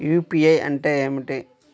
UPI అంటే ఏమిటి?